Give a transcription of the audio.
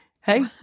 Hey